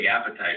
appetite